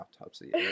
autopsy